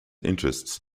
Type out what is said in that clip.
interests